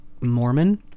Mormon